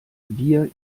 wir